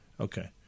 Okay